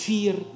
Fear